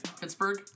Pittsburgh